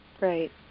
Right